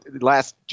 last